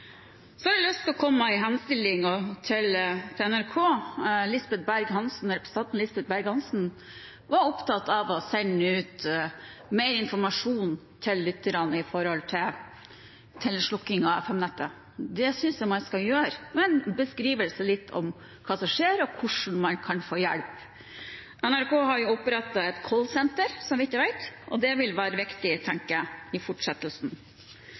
Så har jeg lyst til å komme med en henstilling til NRK. Representanten Lisbeth Berg-Hansen var opptatt av å sende ut mer informasjon til lytterne vedrørende slukkingen av FM-nettet. Det synes jeg man skal gjøre, med en beskrivelse av hva som skjer, og om hvordan man kan få hjelp. NRK har opprettet et callsenter, så vidt jeg vet, og det tenker jeg vil være viktig i fortsettelsen. Når jeg